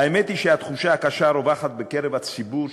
האמת היא שהתחושה הקשה הרווחת בקרב הציבור,